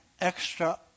extra